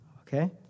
okay